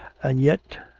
and yet,